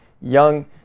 Young